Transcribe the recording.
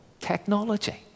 technology